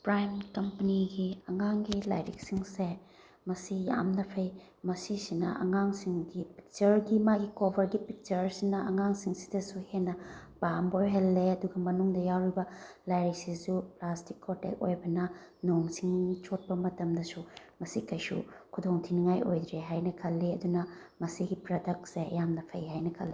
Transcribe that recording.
prime ꯀꯝꯄꯅꯤꯒꯤ ꯑꯉꯥꯡꯒꯤ ꯂꯥꯏꯔꯤꯛꯁꯤꯡꯁꯦ ꯃꯁꯤ ꯌꯥꯝꯅ ꯐꯩ ꯃꯁꯤꯁꯤꯅ ꯑꯉꯥꯡꯁꯤꯡꯒꯤ ꯄꯤꯛꯆꯔꯒꯤ ꯃꯥꯒꯤ ꯀꯣꯕꯔꯒꯤ ꯄꯤꯛꯆꯔꯁꯤꯅ ꯑꯉꯥꯡꯁꯤꯡꯁꯤꯗꯁꯨ ꯍꯦꯟꯅ ꯄꯥꯝꯕ ꯑꯣꯏꯍꯜꯂꯦ ꯑꯗꯨꯒ ꯃꯅꯨꯡꯗ ꯌꯥꯎꯔꯤꯕ ꯂꯥꯏꯔꯤꯛꯁꯤꯁꯨ ꯄ꯭ꯂꯥꯁꯇꯤꯛ ꯀꯣꯇꯦꯠ ꯑꯣꯏꯕꯅ ꯅꯣꯡ ꯆꯤꯡ ꯆꯣꯠꯄ ꯃꯇꯝꯗꯁꯨ ꯃꯁꯤ ꯀꯩꯁꯨ ꯈꯨꯗꯣꯡ ꯊꯤꯅꯤꯉꯥꯏ ꯑꯣꯏꯗ꯭ꯔꯦ ꯍꯥꯏꯅ ꯈꯜꯂꯤ ꯑꯗꯨꯅ ꯃꯁꯤꯒꯤ ꯄ꯭ꯔꯗꯛꯁꯦ ꯌꯥꯝꯅ ꯐꯩ ꯍꯥꯏꯅ ꯈꯜꯂꯤ